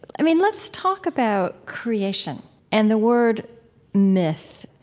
i mean, let's talk about creation and the word myth.